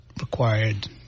required